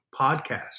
podcast